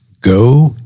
go